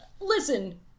Listen